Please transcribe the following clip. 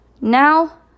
now